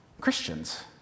Christians